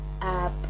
app